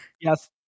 yes